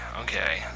Okay